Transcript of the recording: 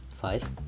Five